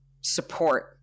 support